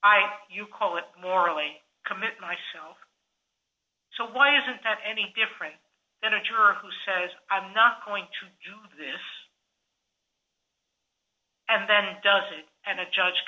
i you call it morally commit myself so why isn't that any different than a juror who says i'm not going to do this and then it doesn't and a judge